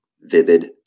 Vivid